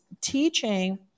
teaching